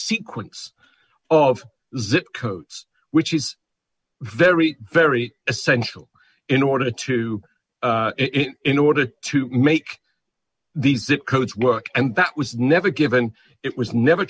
sequence of zip codes which is very very essential in order to in order to make the zip codes work and that was never given it was never